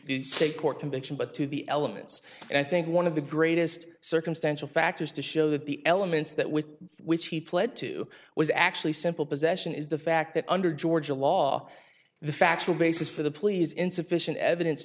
state court conviction but to the elements and i think one of the greatest circumstantial factors to show that the elements that with which he pled to was actually simple possession is the fact that under georgia law the factual basis for the plea is insufficient evidence